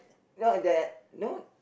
not that no